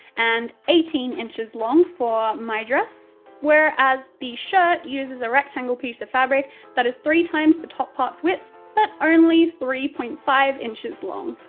and eighteen inches long for my dress whereas the top uses a rectangle piece of fabric that is three times the top part's width, but only three point five inches long.